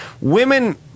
women